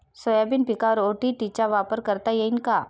Soybean पिकावर ODT चा वापर करता येईन का?